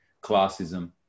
classism